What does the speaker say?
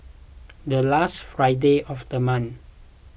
the last Friday of the month